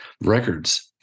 records